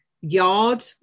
yard